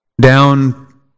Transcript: down